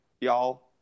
y'all